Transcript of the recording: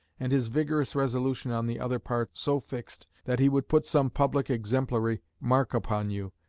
and his vigorous resolution on the other part so fixed, that he would put some public exemplary mark upon you,